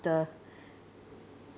the